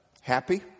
happy